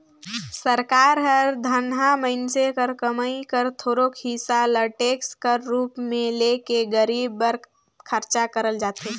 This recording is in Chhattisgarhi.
सरकार हर धनहा मइनसे कर कमई कर थोरोक हिसा ल टेक्स कर रूप में ले के गरीब बर खरचा करल जाथे